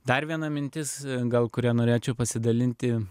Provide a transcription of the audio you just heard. dar viena mintis gal kurią norėčiau pasidalinti